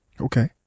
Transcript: Okay